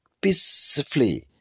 peacefully